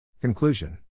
Conclusion